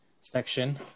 section